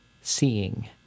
seeing